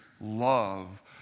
love